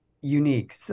unique